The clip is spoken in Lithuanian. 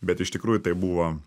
bet iš tikrųjų tai buvo